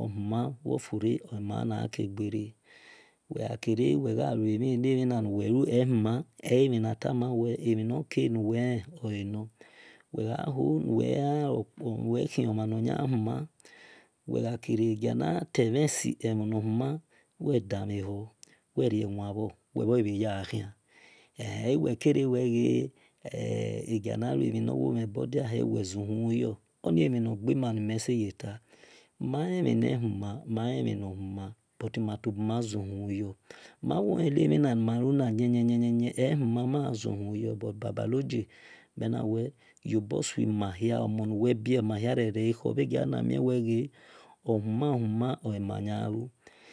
ohuma ofure oi maya na gha ke gbere when gha kere were ghalue mhi ehe mhi na nuwel lu ehima atamawe emhi noke elehor wel gha hol nuwel khon mhan so wel gha kere egia na te emhisi wel danmhe hor wel me wan bhor wel kere ghe wel daghe gia na lue mhi be hima wel wo zuholu yor baba nogie mel nawe riobo suma nuwe bie ekhor wel dahe hor wel me wan bhor wel bhor ghi bhe ya gha khian eluwel kere ghe wel daghe gia na lue mhi be hima wel wo zuholu yor baba nogie mel nawa riobo suma nuwe bie ekhor bhegia na mie ghe ohuman oli ma yan gha lu